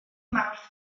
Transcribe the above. mawrth